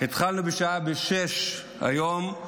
התחלנו בשעה 06:00 היום,